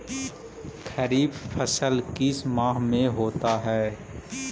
खरिफ फसल किस माह में होता है?